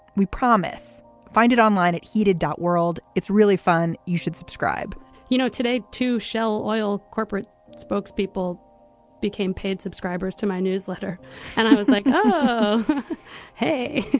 we promise. find it online at heated dot world. it's really fun. you should subscribe you know today to shell oil. corporate spokespeople became paid subscribers to my newsletter and i was like, hey,